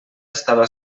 estava